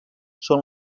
són